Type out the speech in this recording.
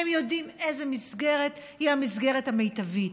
הם יודעים איזו מסגרת היא המסגרת המיטבית,